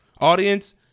Audience